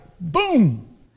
boom